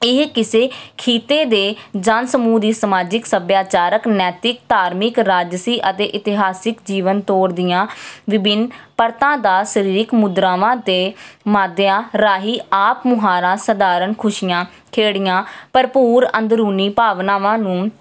ਇਹ ਕਿਸੇ ਖੀਤੇ ਦੇ ਜਨ ਸਮੂਹ ਦੀ ਸਮਾਜਿਕ ਸੱਭਿਆਚਾਰਕ ਨੈਤਿਕ ਧਾਰਮਿਕ ਰਾਜਸੀ ਅਤੇ ਇਤਿਹਾਸਿਕ ਜੀਵਨ ਤੌਰ ਦੀਆਂ ਵਿਭਿੰਨ ਪਰਤਾਂ ਦਾ ਸਰੀਰਕ ਮੁਦਰਾਵਾਂ 'ਤੇ ਮਾਧਿਆਂ ਰਾਹੀਂ ਆਪ ਮੁਹਾਰਾ ਸਧਾਰਨ ਖੁਸ਼ੀਆਂ ਖੇੜੀਆਂ ਭਰਪੂਰ ਅੰਦਰੂਨੀ ਭਾਵਨਾਵਾਂ ਨੂੰ